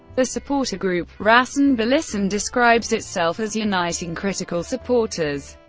the supporter group rasenballisten describes itself as uniting critical supporters.